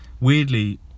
weirdly